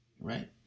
Right